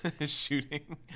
shooting